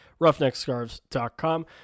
roughneckscarves.com